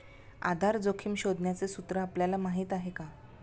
आधार जोखिम शोधण्याचे सूत्र आपल्याला माहीत आहे का?